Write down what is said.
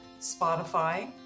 Spotify